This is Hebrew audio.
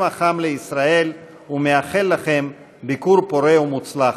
החם לישראל ומאחל לכם ביקור פורה ומוצלח.